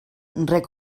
rec